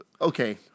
Okay